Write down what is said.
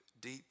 deep